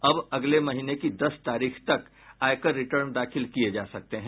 अब अगले महीने की दस तारीख तक आयकर रिटर्न दाखिल किये जा सकते हैं